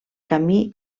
camí